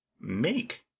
make